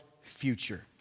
future